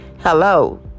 Hello